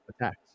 attacks